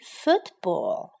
football